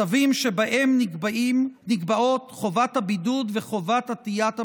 הצווים שבהם נקבעות חובת הבידוד וחובת עטיית המסכות.